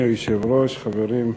אדוני היושב-ראש, חברים,